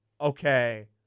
Okay